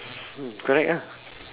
mm correct ah